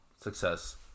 success